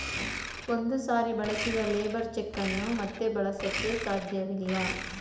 ಒಂದು ಸಾರಿ ಬಳಸಿದ ಲೇಬರ್ ಚೆಕ್ ಅನ್ನು ಮತ್ತೆ ಬಳಸಕೆ ಸಾಧ್ಯವಿಲ್ಲ